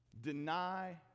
Deny